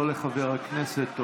לא לחבר הכנסת.